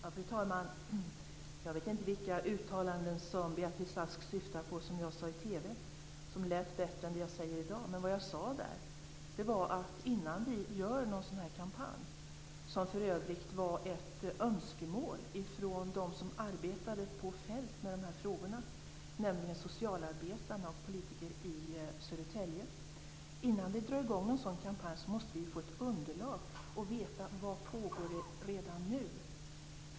Fru talman! Jag vet inte vilka av mina uttalanden i TV som Beatrice Ask syftar på som lät bättre än det jag säger i dag. Men vad jag sade där var att innan vi gör någon sådan här kampanj - som för övrigt var ett önskemål från dem som arbetade på fältet med de här frågorna, nämligen socialarbetarna och politikerna i Södertälje - måste vi få ett underlag och veta vad som redan nu pågår.